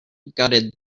gutted